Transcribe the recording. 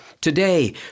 Today